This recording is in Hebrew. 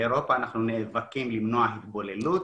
רואים באירופה אנחנו נאבקים למנוע התבוללות